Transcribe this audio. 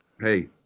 hey